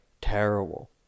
terrible